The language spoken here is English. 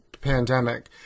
pandemic